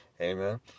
Amen